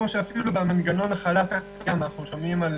כמו שאפילו במנגנון החל"ת אנחנו שומעים על